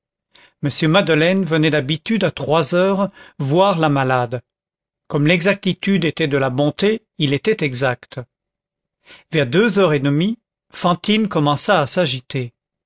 m madeleine venait d'habitude à trois heures voir la malade comme l'exactitude était de la bonté il était exact vers deux heures et demie fantine commença à s'agiter